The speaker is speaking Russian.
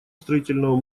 строительного